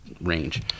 range